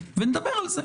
ונדבר על זה.